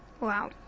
Wow